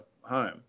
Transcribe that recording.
home